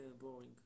boring